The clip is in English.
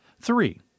Three